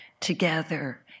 together